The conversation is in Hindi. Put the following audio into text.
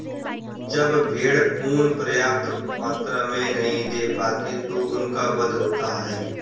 जब भेड़ ऊँन पर्याप्त मात्रा में नहीं दे पाती तो उनका वध होता है